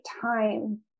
time